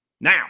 Now